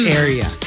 area